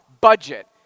Budget